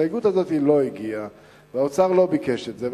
ההסתייגות הזאת לא הגיעה והאוצר לא ביקש את זה,